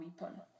weapon